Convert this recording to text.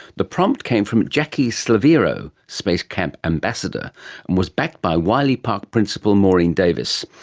the prompt came from jackie slaviero, space camp ambassador, and was backed by wiley park principal maureen davis.